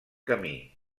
camí